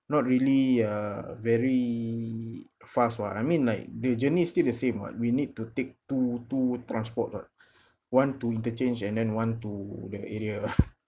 not really uh very fast [what] I mean like the journey's still the same [what] we need to take two two transport [what] one to interchange and then one to that area